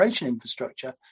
infrastructure